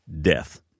death